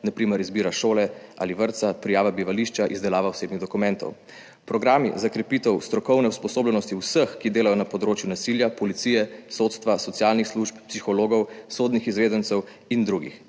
na primer izbira šole ali vrtca, prijava bivališča, izdelava osebnih dokumentov, programi za krepitev strokovne usposobljenosti vseh, ki delajo na področju nasilja – policije, sodstva, socialnih služb, psihologov, sodnih izvedencev in drugih,